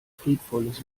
friedvolles